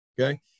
okay